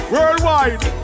Worldwide